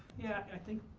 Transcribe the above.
yeah, i think,